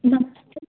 नमस्ते